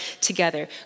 together